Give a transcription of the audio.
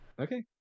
Okay